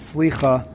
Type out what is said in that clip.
Slicha